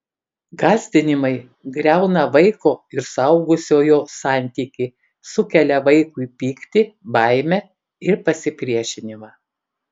gąsdinimai griauna vaiko ir suaugusiojo santykį sukelia vaikui pyktį baimę ir pasipriešinimą